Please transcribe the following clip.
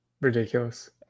ridiculous